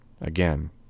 Again